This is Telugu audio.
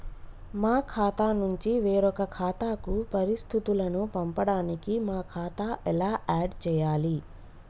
మా ఖాతా నుంచి వేరొక ఖాతాకు పరిస్థితులను పంపడానికి మా ఖాతా ఎలా ఆడ్ చేయాలి?